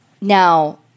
Now